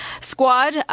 Squad